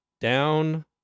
down